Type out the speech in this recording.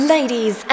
Ladies